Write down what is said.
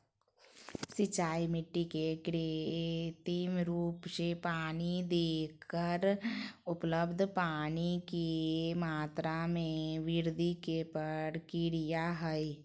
सिंचाई मिट्टी के कृत्रिम रूप से पानी देकर उपलब्ध पानी के मात्रा में वृद्धि के प्रक्रिया हई